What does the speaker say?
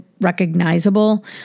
recognizable